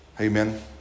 Amen